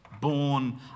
born